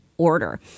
order